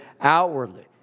outwardly